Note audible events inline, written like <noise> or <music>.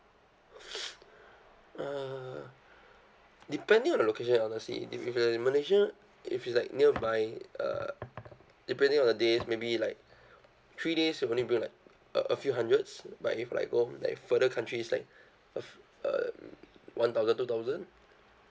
<noise> uh depending on the location honestly if it's the malaysia if it's like nearby uh depending on the days maybe like three days we only bring like a a few hundreds but if like go like further countries like uh um one thousand two thousand